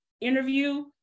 interview